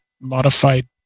modified